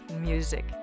music